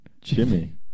Jimmy